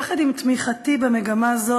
יחד עם תמיכתי במגמה זו,